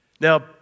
Now